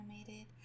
animated